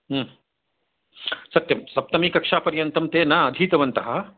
सत्यं सप्तमी कक्षापर्यन्तं ते न अधीतवन्त